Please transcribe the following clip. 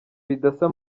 bidasa